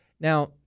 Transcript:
Now